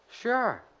Sure